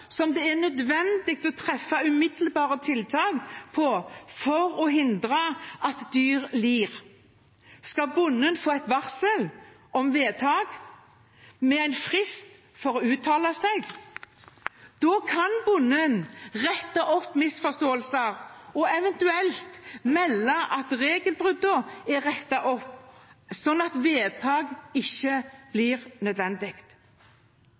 det er nødvendig å treffe umiddelbare tiltak for å hindre at dyr lider, skal bonden få et varsel om vedtak, med en frist for å uttale seg. Da kan bonden rette opp misforståelser og eventuelt melde at regelbruddene er rettet opp, slik at vedtak ikke blir nødvendig.